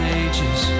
ages